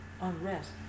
unrest